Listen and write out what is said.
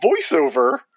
voiceover